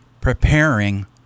preparing